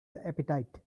appetite